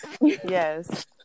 Yes